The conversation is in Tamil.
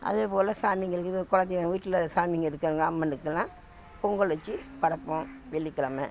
அதேப்போல் சாமிங்களுக்கு இப்போ குலதெய்வம் வீட்டில் சாமிங்க இருக்குது அம்மனுக்கெல்லாம் பொங்கல் வெச்சு படைப்போம் வெள்ளிக்கெழம